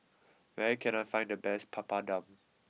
where can I find the best Papadum